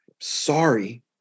Sorry